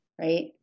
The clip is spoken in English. right